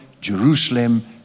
Jerusalem